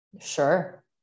Sure